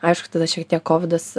aišku tada šiek tiek kovidas